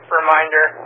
reminder